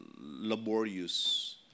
laborious